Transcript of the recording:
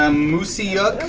um moosiyuk,